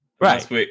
Right